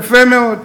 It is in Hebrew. יפה מאוד.